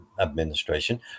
administration